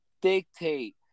dictate